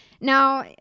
Now